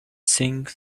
think